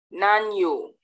Nanyo